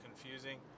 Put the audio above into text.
confusing